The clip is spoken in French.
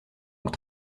donc